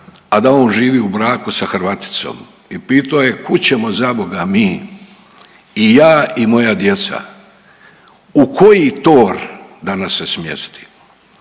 a da on živi u braku sa Hrvaticom. I pitao je kud ćemo zaboga mi i ja i moja djeca, u koji tor da nas se smjesti.